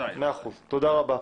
תודה רבה.